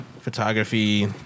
photography